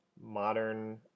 modern